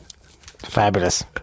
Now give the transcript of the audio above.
Fabulous